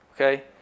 okay